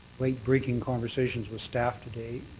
late-breaking conversations with staff today.